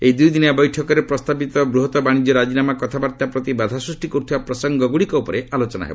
ଏହି ଦୁଇଦିନିଆ ବୈଠକରେ ପ୍ରସ୍ତାବିତ ବୃହତ ବାଣିଜ୍ୟ ରାଜିନାମା କଥାବାର୍ତ୍ତା ପ୍ରତି ବାଧା ସୃଷ୍ଟି କରୁଥିବା ପ୍ରସଙ୍ଗଗୁଡ଼ିକ ଉପରେ ଆଲୋଚନା ହେବ